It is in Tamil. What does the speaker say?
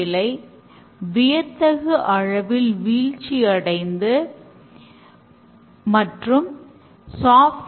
தைரியம் என்பது மற்றொரு மதிப்பு தவறான codeயை நிராகரிக்க தயங்ககூடாது